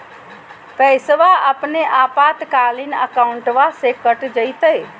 पैस्वा अपने आपातकालीन अकाउंटबा से कट जयते?